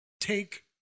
take